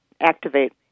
activate